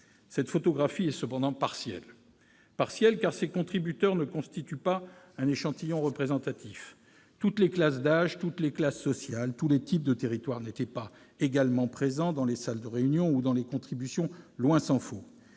Cette photographie est cependant partielle. Partielle, car ces contributeurs ne constituent pas un échantillon représentatif. Toutes les classes d'âge, toutes les classes sociales, tous les types de territoires n'étaient pas également présents dans les salles de réunion ou dans les contributions, tant s'en faut.